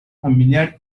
familiar